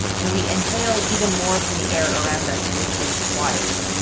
and we inhale even more from the air around us, which is wild.